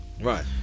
right